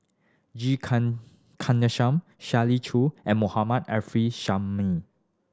G Kandasamy Shirley Chew and Mohammad Arif Suhaimi